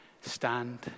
Stand